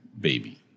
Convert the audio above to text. baby